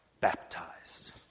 baptized